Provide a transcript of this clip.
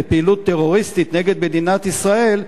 בפעילות טרוריסטית נגד מדינת ישראל,